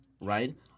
right